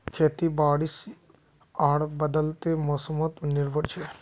खेती बारिश आर बदलते मोसमोत निर्भर छे